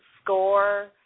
score